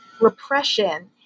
repression